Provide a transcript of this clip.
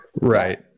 right